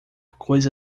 coisa